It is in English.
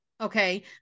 okay